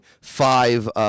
five